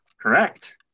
Correct